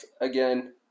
again